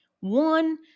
One